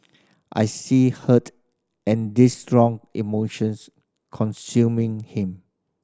I see hurt and this strong emotions consuming him